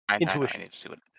intuition